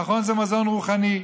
נכון, זה מזון רוחני.